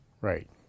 Right